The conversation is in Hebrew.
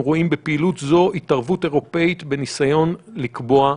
רואים בפעילות זו התערבות אירופית בניסיון לקבוע גבול."